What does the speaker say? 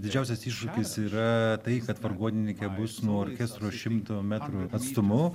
didžiausias iššūkis yra tai kad vargonininkė bus nuo orkestro šimto metrų atstumu